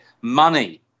Money